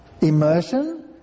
immersion